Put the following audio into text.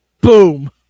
Boom